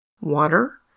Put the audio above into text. water